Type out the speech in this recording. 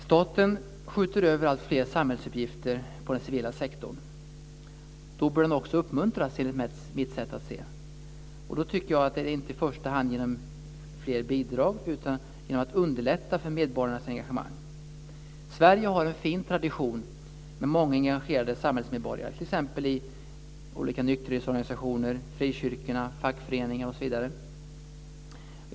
Staten skjuter över alltfler samhällsuppgifter på den civila sektorn. Då bör den också uppmuntras, enligt mitt sätt att se, inte i första hand genom fler bidrag utan genom att man underlättar medborgarnas engagemang. Sverige har en fin tradition med många engagerade samhällsmedborgare, t.ex. i olika nykterhetsorganisationer, frikyrkor, fackföreningar osv.